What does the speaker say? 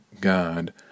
God